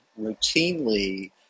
routinely